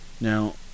Now